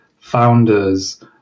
founders